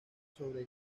sobre